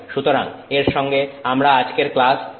সুতরাং এর সঙ্গে আমরা আজকের ক্লাস শেষ করব